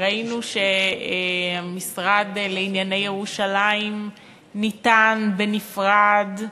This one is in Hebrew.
ראינו שהמשרד לענייני ירושלים ניתן בנפרד,